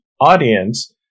audience